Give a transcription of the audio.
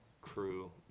crew